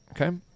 Okay